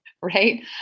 right